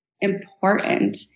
important